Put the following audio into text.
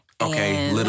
Okay